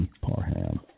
Parham